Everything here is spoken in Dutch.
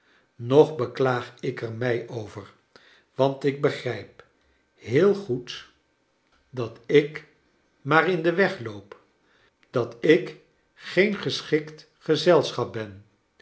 noch beklaag ik er mij over want ik begrijp heel goed dat ik maax in den weg loop dat ik geen geschikt gezelschap ben